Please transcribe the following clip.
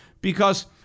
because-